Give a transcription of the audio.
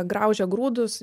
graužia grūdus